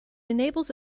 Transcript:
enables